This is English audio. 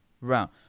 round